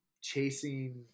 chasing